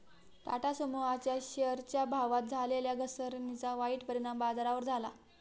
टाटा समूहाच्या शेअरच्या भावात झालेल्या घसरणीचा वाईट परिणाम बाजारावर झाला